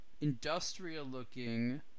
industrial-looking